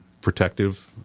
protective